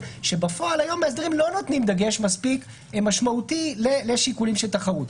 היא שמאסדרים לא נותנים בפועל דגש מספיק משמעותי לשיקולים של תחרות.